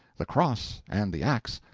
the cross, and the axe,